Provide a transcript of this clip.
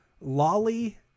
Lolly